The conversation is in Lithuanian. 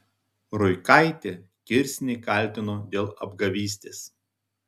ruikaitė kirsnį kaltino dėl apgavystės